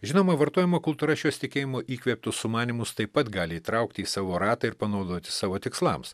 žinoma vartojimo kultūra šiuos tikėjimo įkvėptus sumanymus taip pat gali įtraukti į savo ratą ir panaudoti savo tikslams